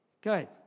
Good